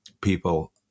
people